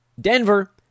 Denver